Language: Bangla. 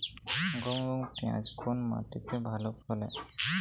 গম এবং পিয়াজ কোন মাটি তে ভালো ফলে?